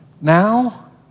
now